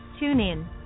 TuneIn